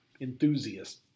enthusiast